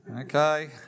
Okay